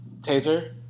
taser